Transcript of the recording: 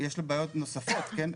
יש לו בעיות נוספות, כן?